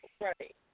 right